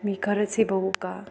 मी खरंच ही बघू का